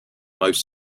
most